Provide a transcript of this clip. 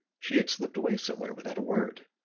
she had slipped away somewhere without a word.